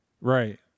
Right